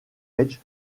age